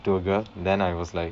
to a girl then I was like